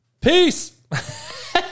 Peace